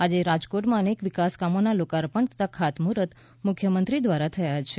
આજે રાજકોટમાં અનેક વિકાસ કામોના લોકાર્પણ તથા ખાતમૂહૂર્ત મુખ્યમંત્રી દ્વારા થયા છે